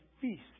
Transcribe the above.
feast